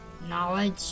Knowledge